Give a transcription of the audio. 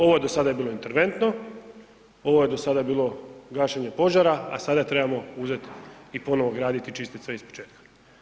Ovo do sada je bilo interventno, ovo je do sada bilo gašenje požara, a sada trebamo uzeti i ponovo graditi i čistiti sve iz početka.